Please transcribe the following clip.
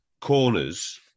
corners